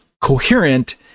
coherent